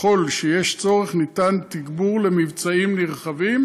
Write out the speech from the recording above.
וככל שיש צורך ניתן תגבור למבצעים נרחבים.